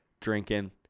drinking